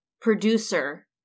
producer